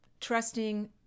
trusting